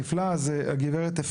אז הגברת,